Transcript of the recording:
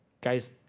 Guys